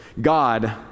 God